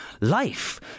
life